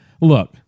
look